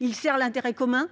il sert l'intérêt commun.